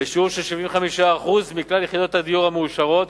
בשיעור של 75% מכלל יחידות הדיור המאושרות,